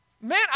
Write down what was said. Man